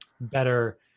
better